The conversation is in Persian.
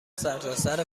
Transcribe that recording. سرتاسر